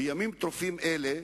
בימים טרופים אלה,